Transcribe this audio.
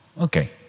Okay